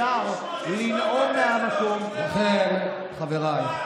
קריאה שנייה, חבר הכנסת ארבל.